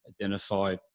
identify